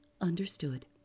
understood